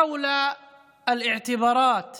לפני שנה וחצי עמדתי פה ודיברתי בשפה הערבית